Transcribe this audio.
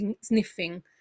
sniffing